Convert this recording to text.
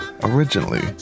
originally